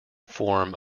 form